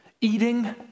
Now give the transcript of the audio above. eating